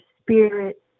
spirit